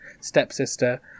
stepsister